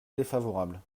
défavorable